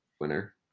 winner